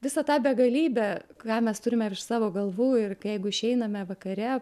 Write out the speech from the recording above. visą tą begalybę ką mes turime virš savo galvų ir kai jeigu išeiname vakare